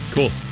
Cool